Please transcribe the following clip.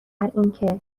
اینکه